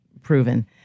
proven